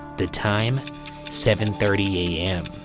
the time seven thirty a m.